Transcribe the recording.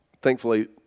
thankfully